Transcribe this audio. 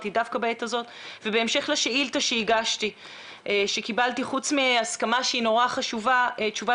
בהמשך לשאילתה שהגשתי וחוץ מהסכמה שהיא מאוד חשובה קיבלתי תשובה